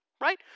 right